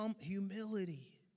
Humility